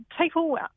people